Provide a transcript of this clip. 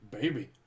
baby